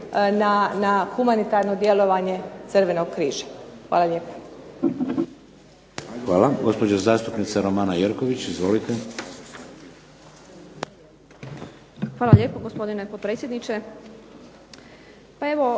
na humanitarno djelovanje Crvenog križa. Hvala lijepo.